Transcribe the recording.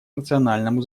национальному